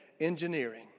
engineering